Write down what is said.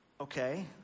okay